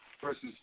versus